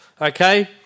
okay